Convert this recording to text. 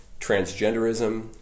transgenderism